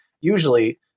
usually